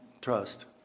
trust